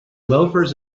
loafers